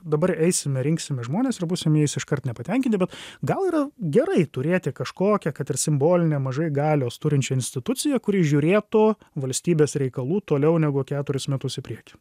dabar eisime rinksime žmones ir būsim jais iškart nepatenkinti bet gal yra gerai turėti kažkokią kad ir simbolinę mažai galios turinčią instituciją kuri žiūrėtų valstybės reikalų toliau negu keturis metus į priekį